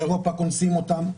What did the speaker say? באירופה קונסים אותם,